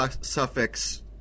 suffix